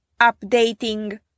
updating